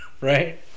Right